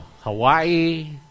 Hawaii